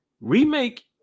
remake